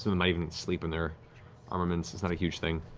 them might even sleep in their armaments, it's not a huge thing.